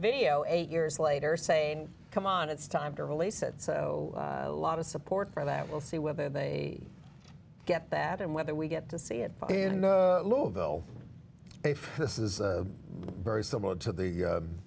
video eight years later saying come on it's time to release it so a lot of support for that we'll see whether they get that and whether we get to see it move though if this is very similar to the